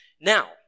Now